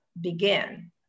begin